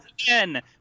Again